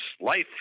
life